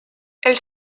elle